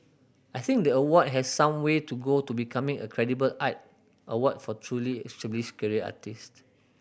I think the award has some way to go to becoming a credible art award for truly established career artist